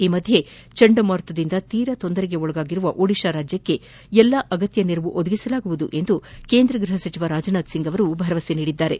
ಈ ಮಧ್ಯ ಚಂಡಮಾರುತದಿಂದ ತೀರಾ ತೊಂದರೆಗೊಳಗಾಗಿರುವ ಒಡಿಶಾಗೆ ಎಲ್ಲಾ ಅಗತ್ಯ ನೆರವು ಒದಗಿಸಲಾಗುವುದು ಎಂದು ಕೇಂದ್ರ ಗೃಹ ಸಚಿವ ರಾಜನಾಥ್ಸಿಂಗ್ ಭರವಸೆ ನೀಡಿದ್ದಾರೆ